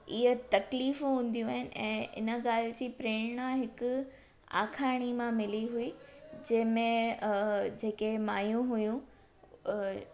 इहे तकलीफ़ हूंदियूं आहिनि ऐं इन ॻाल्हि जी प्रेरणा हिकु आखाणी मां मिली हुई जंहिंमें अ जेके माइयूं हुयूं अ